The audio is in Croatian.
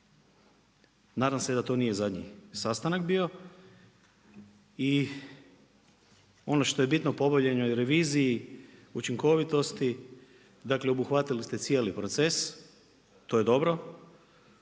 Nadam se da to nije zadnji sastanak bio. I ono što je bitno po obavljanoj reviziji, učinkovitosti, dakle obuhvatili ste cijeli proces, to je dobro,